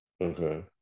Okay